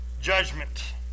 judgment